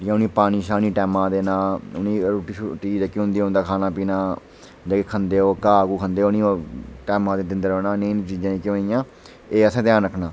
जि'यां उ'नेंगी पानी शानी टैमा दा देना उ'नेंगी रुट्टी छुट्टी जेह्की ओह् होंदी उ'नेंगी उं'दा खाना पीना जेह्ड़ा खंदे ओह् घाऽ घूं खंदे नी ओह् टैमा दे दिंदे रौह्ना जि'यां केह् ओह् इ'यां एह् असें ध्यान रखना